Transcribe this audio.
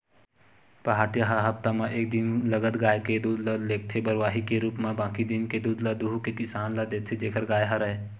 पहाटिया ह हप्ता म एक दिन लगत गाय के दूद ल लेगथे बरवाही के रुप म बाकी दिन के दूद ल दुहू के किसान ल देथे जेखर गाय हरय